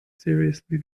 seriously